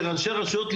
כראשי רשויות,